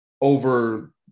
over